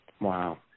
Wow